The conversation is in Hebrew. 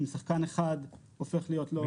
אם שחקן אחד הופך להיות לא.